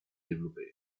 développée